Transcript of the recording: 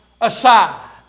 aside